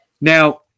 now